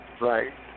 Right